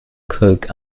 coke